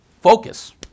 focus